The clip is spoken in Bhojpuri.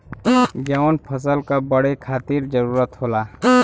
जवन फसल क बड़े खातिर जरूरी होला